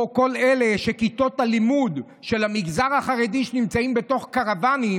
או כל אלה במגזר החרדי שכיתות הלימוד שלהם נמצאות בתוך קרוואנים,